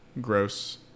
gross